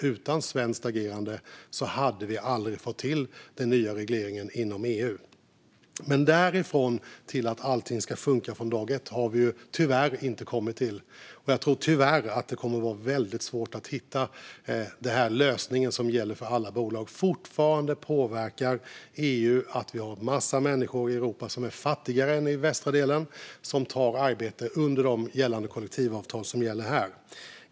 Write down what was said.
Utan svenskt agerande hade vi aldrig fått till den nya regleringen inom EU. Därifrån till att allting ska funka från dag ett har vi dock inte kommit, och jag tror tyvärr att det kommer att vara väldigt svårt att hitta en lösning som gäller för alla bolag. Fortfarande påverkar EU att vi har en massa människor i Europa som är fattigare än människorna i den västra delen och som tar arbete under de kollektivavtal som gäller här.